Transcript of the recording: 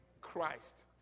Christ